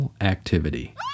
Activity